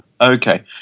Okay